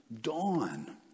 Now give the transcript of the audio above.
dawn